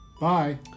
Bye